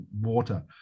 water